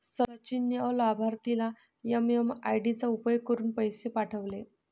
सचिन ने अलाभार्थीला एम.एम.आय.डी चा उपयोग करुन पैसे पाठवले